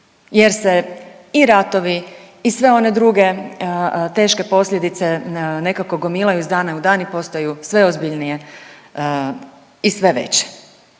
jer se i ratovi i sve one druge teške posljedice nekako gomilaju iz dana u dan i postaju sve ozbiljnije i sve veće.